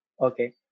Okay